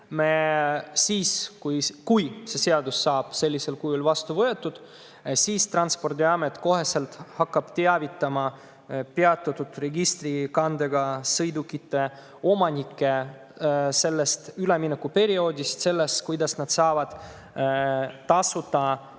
Siis, kui see seadus saab sellisel kujul vastu võetud, hakkab Transpordiamet koheselt teavitama peatatud registrikandega sõidukite omanikke sellest üleminekuperioodist, sellest, kuidas nad saavad need